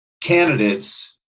candidates